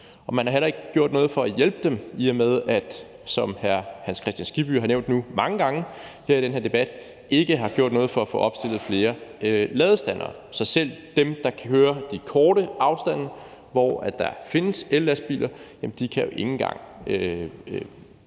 Man har heller ikke gjort noget for at hjælpe dem, i og med at man, som hr. Hans Kristian Skibby har nævnt nu mange gange her i den her debat, ikke har gjort noget for at få opstillet flere ladestandere. Så selv for dem, der kører de korte afstande, hvor der findes ellastbiler, kan det ikke engang